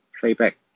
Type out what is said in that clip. playback